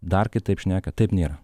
dar kitaip šneka taip nėra